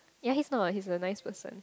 ya he's not he's a nice person